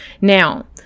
Now